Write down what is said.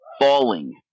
falling